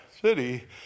city